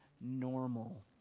normal